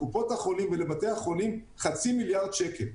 לקופות החולים ולבתי החולים חצי מיליארד שקל.